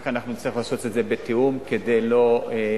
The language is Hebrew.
רק, אנחנו נצטרך לעשות את זה בתיאום, כדי לא להגיע